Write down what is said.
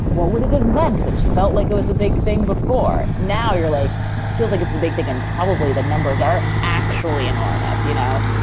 what would it have meant if and it felt like it was a big thing before? now you're like feel like it's a big thing. and probably the numbers are actually enormous. you know,